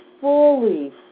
fully